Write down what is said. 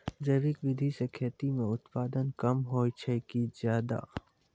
जैविक विधि से खेती म उत्पादन कम होय छै कि ज्यादा?